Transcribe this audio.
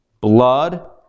Blood